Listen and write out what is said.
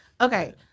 Okay